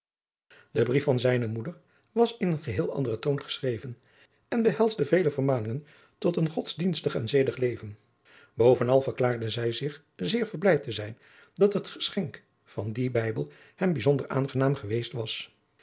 de brief van zijne moeder was in een geheel anderen toon geschreven en behelsde vele vermaningen tot een godsdienstig en zedig leven bovenal verklaarde zij zich zeer verblijd te zijn dat het geschenk van dien bijbel hem bijzonder aangenaam geweest was